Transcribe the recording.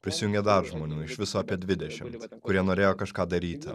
prisijungė dar žmonių iš viso apie dvidešimt kurie norėjo kažką daryti